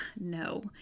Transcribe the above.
no